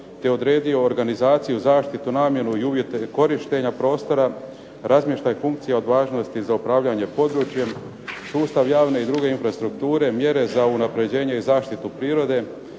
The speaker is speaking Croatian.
te odredio organizaciju, zaštitu, namjenu i uvjete korištenja prostora, razmještaj funkcija od važnosti za upravljanje područjem, sustav javne i druge infrastrukture, mjere za unapređenje i zaštitu prirode,